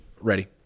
ready